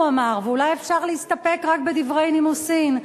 הוא אמר שאולי אפשר להסתפק רק בדברי נימוסים.